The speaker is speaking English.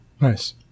Nice